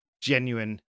genuine